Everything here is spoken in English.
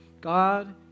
God